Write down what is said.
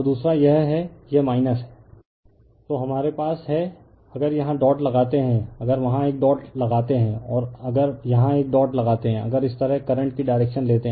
refer slide time 0712 तो हमारे पास है अगर यहाँ डॉट लगाते है अगर वहाँ एक डॉट लगाते हैं और अगर यहाँ एक डॉट लगाते हैं अगर इस तरह करंट की डायरेक्शन लेते हैं